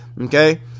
Okay